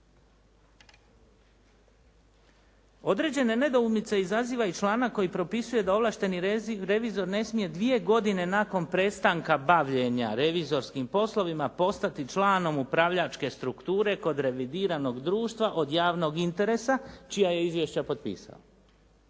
Određene nedoumice izaziva i članak koji propisuje da ovlašteni revizor ne smije dvije godine nakon prestanka bavljenja revizorskim poslovima postati članom upravljačke strukture kod revidiranog društva od javnog interesa čija je izvješća potpisao.